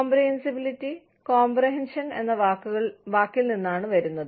comprehensibility comprehension എന്ന വാക്കിൽ നിന്നാണ് വരുന്നത്